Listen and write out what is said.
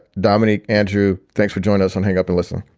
dominique. andrew, thanks for joining us. and hang up and listen.